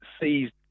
seized